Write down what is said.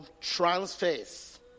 transfers